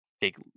big